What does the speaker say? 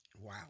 Wow